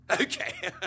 Okay